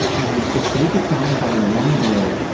and if they get down by one goal,